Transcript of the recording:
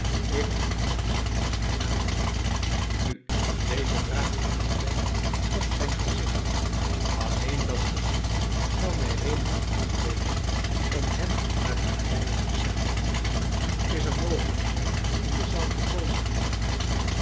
ik herinner mij zijn naam niet nu deze draagt zijn handwerk op zijn gezicht alleen dat gezicht zou mij reden genoeg wezen om hem naar de galeien te zenden is er mogelijkheid in de zaal te komen mijnheer